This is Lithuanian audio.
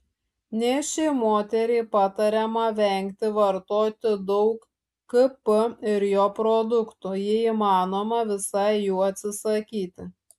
nėščiai moteriai patariama vengti vartoti daug kp ir jo produktų jei įmanoma visai jų atsisakyti